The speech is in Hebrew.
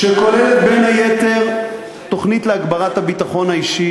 שכוללת בין היתר תוכנית להגברת הביטחון האישי